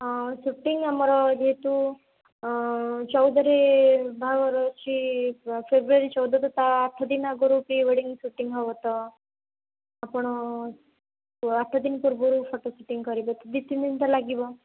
ହଁ ସୁଟିଂ ଆମର ଯେହେତୁ ଚଉଦରେ ବାହାଘର ଅଛି ଫେବ୍ରୁୟାରୀ ଚଉଦରେ ତା' ଆଠ ଦିନ ଆଗରୁ ପ୍ରିୱେଡିଂ ସୁଟିଂ ହବ ତ ଆପଣ ଆଠ ଦିନ ପୂର୍ବରୁ ଫଟୋ ସୁଟିଂ କରିବେ ଦୁଇ ତିନ ତ ଲାଗିବ